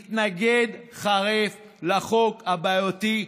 מתנגד חריף לחוק הבעייתי,